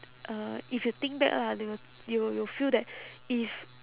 uh if you think back lah they will you will you will feel that if